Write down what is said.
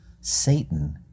Satan